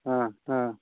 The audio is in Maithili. हँ हँ